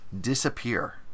Disappear